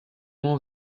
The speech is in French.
moins